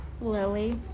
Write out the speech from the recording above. Lily